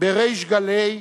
בריש גלי,